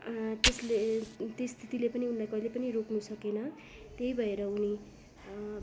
त्यसले त्यो स्थितिले पनि उनलाई कहिल्यै पनि रोक्नुसकेन त्यही भएर उनी